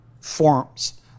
forms